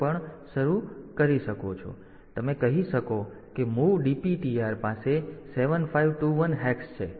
તેથી તમે કહી શકો કે મૂવ DPTR પાસે 7521 હેક્સ છે